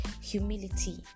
humility